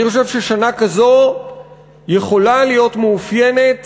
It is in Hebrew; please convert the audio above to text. אני חושב ששנה כזו יכולה להיות מאופיינת